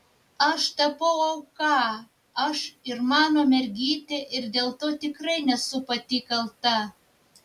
aš tapau auka aš ir mano mergytė ir dėl to tikrai nesu pati kalta